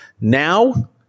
now